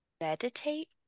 meditate